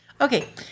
Okay